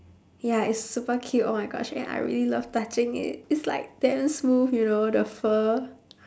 ya it's super cute oh my gosh and I really love touching it it's like damn smooth you know the fur